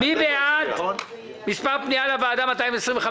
מי בעד פנייה מס' 225?